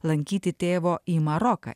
lankyti tėvo į maroką